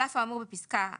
על אף האמור בפסקה 1,